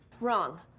Wrong